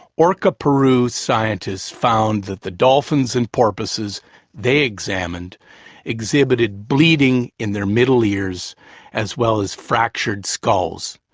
orca peru scientists found that the dolphins and porpoises they examined exhibited bleeding in their middle ears as well as fractured skulls.